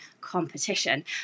competition